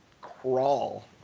crawl